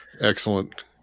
excellent